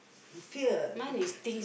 fear the